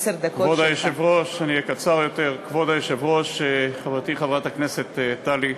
כבוד היושבת-ראש, חברתי חברת הכנסת טלי,